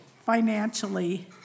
financially